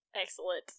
Excellent